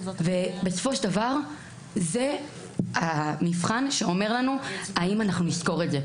בסופו של דבר זה המבחן שאומר לנו האם אנחנו נזכור את זה.